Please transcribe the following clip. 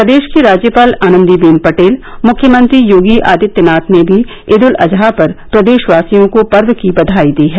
प्रदेश की राज्यपाल आनन्दीबेन पटेल मुख्यमंत्री योगी आदित्यनाथ ने भी ईद उल अजहा पर प्रदेशवासियों को पर्व की बधाई दी है